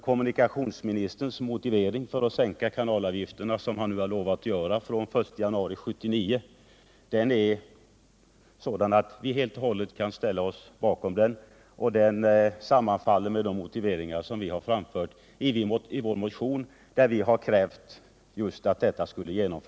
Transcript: Kommunikationsministerns motivering för att sänka kanalavgifterna från 1 januari 1979 — vilket han lovat göra — är sådan att vi helt och hållet kan ställa oss bakom den. Den sammanfaller med de motiveringar som vi framfört i vår motion där vi kräver ett genomförande av just en sådan sänkning.